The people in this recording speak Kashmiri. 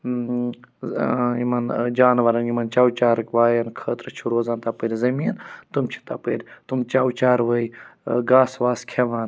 ٲں یِمَن ٲں جانوَرَن یِمَن چَو چارٕوایَن خٲطرٕ چھُ روزان تَپٲرۍ زٔمیٖن تِم چھِ تَپٲرۍ تِم چَو چاروٲے ٲں گاسہٕ واسہٕ کھیٚوان